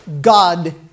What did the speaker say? God